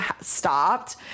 stopped